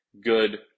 good